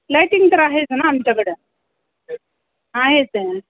lighting तर आहेच ना आमच्याकडं आहेच ते